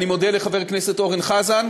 אני מודה לחבר הכנסת אורן חזן.